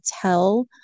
tell